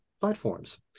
platforms